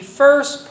first